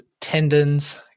tendons